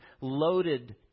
loaded